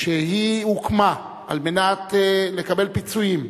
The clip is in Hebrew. שהוקמה על מנת לקבל פיצויים